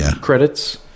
credits